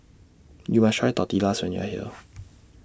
YOU must Try Tortillas when YOU Are here